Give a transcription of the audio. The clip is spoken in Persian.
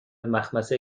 مخمصه